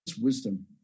wisdom